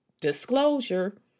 disclosure